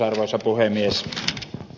arvoisa puhemies